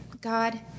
God